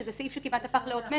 שזה סעיף כמעט הפך לאות מתה,